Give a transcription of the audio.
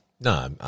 No